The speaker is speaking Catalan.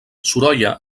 sorolla